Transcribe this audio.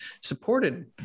supported